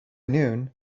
noon